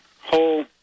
whole